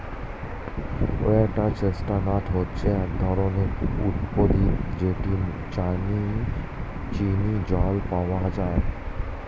water chestnut হচ্ছে এক ধরনের উদ্ভিদ যেটা চীনা জল পাওয়া যায়